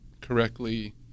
correctly